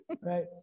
right